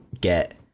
get